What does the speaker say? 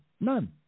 none